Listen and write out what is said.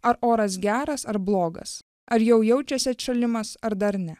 ar oras geras ar blogas ar jau jaučiasi atšalimas ar dar ne